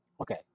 Okay